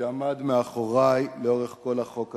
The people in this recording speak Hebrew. שעמד מאחורי לאורך כל החוק הזה,